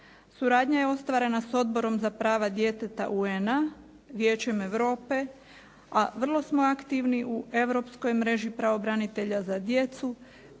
Suradnja je ostvarena sa Odborom za prava djeteta UN-a, Vijećem Europe a vrlo smo aktivni u europskoj mreži pravobranitelja za djecu,